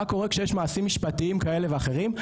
מה קורה כשיש מעשים משפטיים כאלה ואחרים?